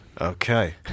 Okay